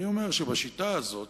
אני אומר שבשיטה הזאת,